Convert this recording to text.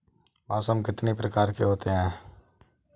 मौसम कितनी प्रकार के होते हैं?